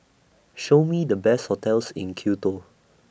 Show Me The Best hotels in Quito